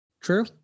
True